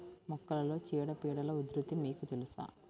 మొక్కలలో చీడపీడల ఉధృతి మీకు తెలుసా?